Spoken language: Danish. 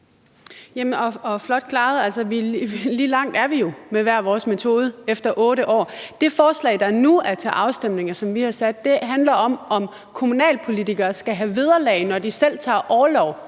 Flot klaret! Lige langt er vi jo med hver vores metode efter 8 år. Det forslag, der nu er til afstemning, og som vi har fremsat, handler om, om kommunalpolitikere skal have vederlag, når de selv frivilligt